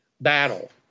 battle